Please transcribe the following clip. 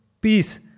peace